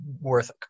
worth